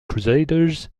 crusaders